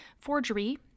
forgery